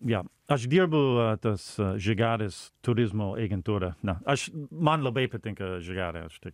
jo aš dirbu a tas žygarės turizmo agentūra na aš man labai patinka žigarė aš tai